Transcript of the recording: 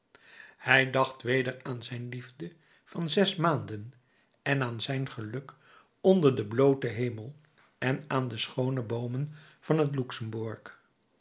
hij dacht weder aan zijn liefde van zes maanden en aan zijn geluk onder den blooten hemel en aan de schoone boomen van het luxemburg